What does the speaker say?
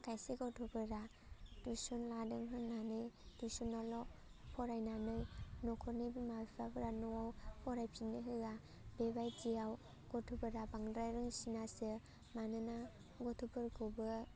खायसे गथ'फोरा टिउस'न लादों होन्नानै टिउस'नावल' फरायनानै न'खरनि बिमा बिफाफोरा न'आव फरायफिननो होया बेबायदियाव गथ'फोरा बांद्राय रोंसिनासो मानोना गथ'फोरखौबो